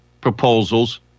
proposals